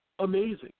Amazing